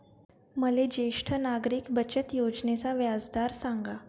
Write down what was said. मले ज्येष्ठ नागरिक बचत योजनेचा व्याजदर सांगा